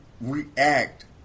react